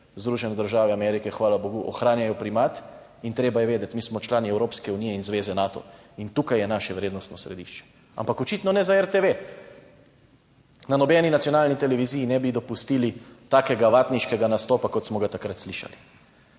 Združene države Amerike hvala bogu ohranjajo primat in treba je vedeti, mi smo člani Evropske unije in Zveze Nato in tukaj je naše vrednostno središče, ampak očitno ne za RTV. Na nobeni nacionalni televiziji ne bi dopustili takega vatniškega nastopa, kot smo ga takrat slišali.